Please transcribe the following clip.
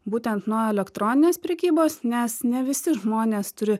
būtent nuo elektroninės prekybos nes ne visi žmonės turi